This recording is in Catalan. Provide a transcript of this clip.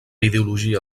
ideologia